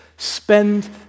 Spend